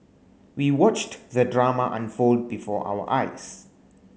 we watched the drama unfold before our eyes